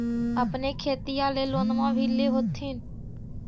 अपने खेतिया ले लोनमा भी ले होत्थिन?